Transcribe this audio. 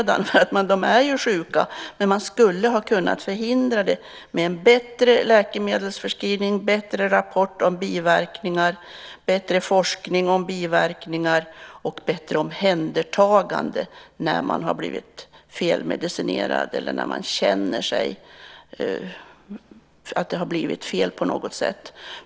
De är sjuka, men man skulle ha kunnat förhindra det med en bättre läkemedelsförskrivning, bättre rapporter om biverkningar, bättre forskning om biverkningar och bättre omhändertagande när patienten har blivit felmedicinerad eller känner att det har blivit fel på något sätt.